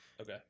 Okay